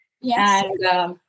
Yes